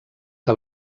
que